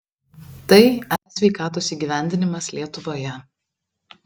tai e sveikatos įgyvendinimas lietuvoje